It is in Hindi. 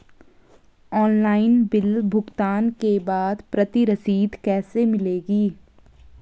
ऑनलाइन बिल भुगतान के बाद प्रति रसीद कैसे मिलेगी?